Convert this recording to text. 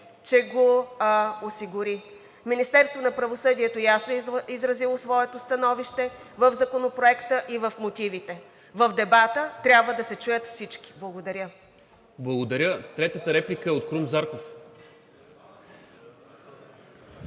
че го осигури. Министерството на правосъдието ясно е изразило своето становище в Законопроекта и в мотивите. В дебата трябва да се чуят всички. Благодаря. ПРЕДСЕДАТЕЛ НИКОЛА МИНЧЕВ: Благодаря. Третата реплика е от Крум Зарков.